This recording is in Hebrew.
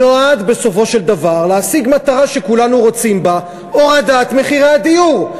נועד בסופו של דבר להשיג מטרה שכולנו רוצים בה: הורדת מחירי הדיור.